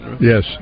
Yes